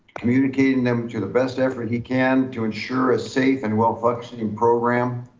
communicating them to the best effort he can to ensure a safe and well-functioning program.